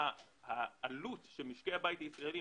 העלות שמשקי הבית הישראליים